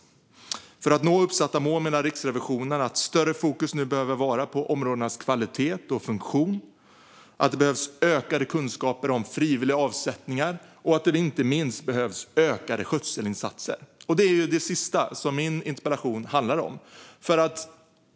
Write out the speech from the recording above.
För att uppsatta mål ska nås menar Riksrevisionen att större fokus behöver vara på områdenas kvalitet och funktion, att det behövs ökade kunskaper om frivilliga avsättningar och att det inte minst behövs ökade skötselinsatser. Det är det sista min interpellation handlar om.